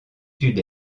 sud